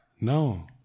No